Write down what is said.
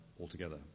altogether